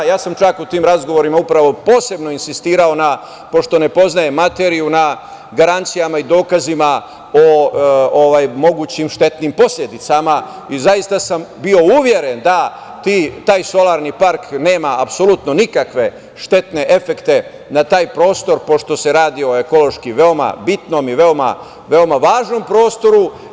Ja sam čak u tim razgovorima posebno insistirao, pošto ne poznajem materiju, na garancijama i dokazima o mogućim štetnim posledicama i zaista sam bio uveren da taj solarni park nema apsolutno nikakve štetne efekte za taj prostor, pošto se radi o ekološki bitnom i veoma važnom prostoru.